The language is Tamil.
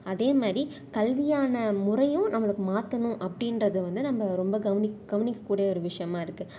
அதே மாதிரி கல்வியான முறையும் நம்மளுக்கு மாற்றணும் அப்படின்றது வந்து நம்ம ரொம்ப கவனிக்க கவனிக்க கூடிய ஒரு விஷ்யமாக இருக்குது